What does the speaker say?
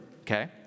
okay